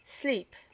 Sleep